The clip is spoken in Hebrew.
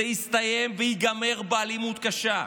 זה יסתיים וייגמר באלימות קשה.